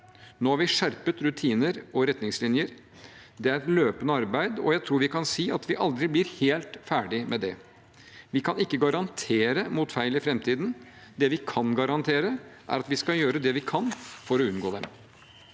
Nå har vi skjerpet rutiner og retningslinjer. Det er et løpende arbeid, og jeg tror vi kan si at vi aldri blir helt ferdig med det. Vi kan ikke garantere mot feil i framtiden. Det vi kan garantere, er at vi skal gjøre det vi kan for å unngå dem.